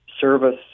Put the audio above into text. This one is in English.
Service